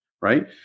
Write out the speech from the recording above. Right